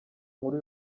nkuru